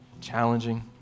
challenging